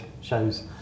shows